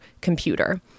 computer